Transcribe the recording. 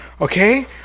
Okay